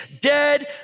dead